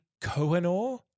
Cohenor